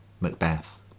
Macbeth